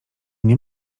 nie